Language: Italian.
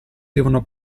devono